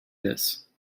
this